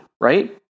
right